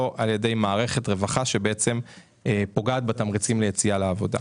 על ידי מערכת רווחה שבעצם פוגעת בתמריצים של יציאה לעבודה.